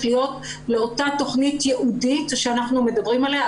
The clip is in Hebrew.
להיות לאותה תכנית ייעודית שאנחנו מדברים עליה,